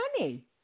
money